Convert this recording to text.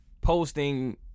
posting